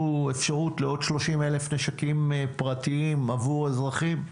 האפשרות לעוד 30,000 נשקים פרטיים עבור אזרחים.